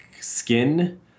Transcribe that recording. Skin